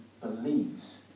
believes